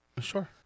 Sure